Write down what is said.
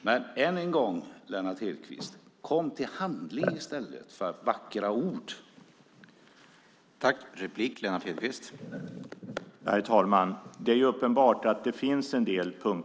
Men än en gång, Lennart Hedquist: Kom till handling i stället för att bara komma med vackra ord!